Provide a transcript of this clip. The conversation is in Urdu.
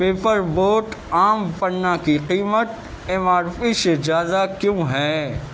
پیپر بوٹ آم پنا کی قیمت ایم آر پی سے زیادہ کیوں ہے